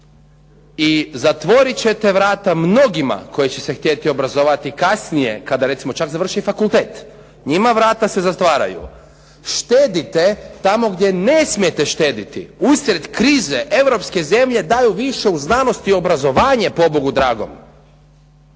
i zatvorit ćete vrata mnogima koji će se htjeti obrazovati kasnije kada recimo čak završe fakultet, njima vrata se zatvaraju. Štedite tamo gdje ne smijete štedjeti. Usred krize europske zemlje daju više u znanost i obrazovanje pobogu dragom.